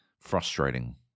Frustrating